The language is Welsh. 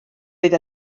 oedd